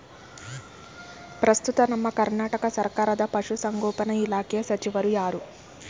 ಪ್ರಸ್ತುತ ನಮ್ಮ ಕರ್ನಾಟಕ ಸರ್ಕಾರದ ಪಶು ಸಂಗೋಪನಾ ಇಲಾಖೆಯ ಸಚಿವರು ಯಾರು?